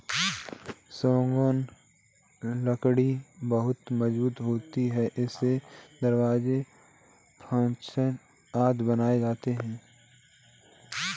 सागौन लकड़ी बहुत मजबूत होती है इससे दरवाजा, फर्नीचर आदि बनाया जाता है